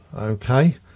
Okay